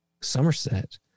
Somerset